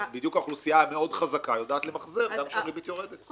והם בדיוק האוכלוסייה המאוד חזקה היא יודעת למחזר גם כשהריבית יורדת.